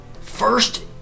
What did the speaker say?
first